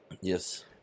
Yes